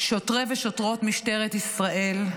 שוטרי ושוטרות משטרת ישראל,